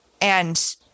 And-